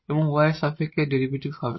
এবং y এর সাপেক্ষে এর ডেরিভেটিভ হবে